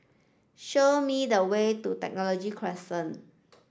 show me the way to Technology Crescent